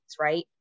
right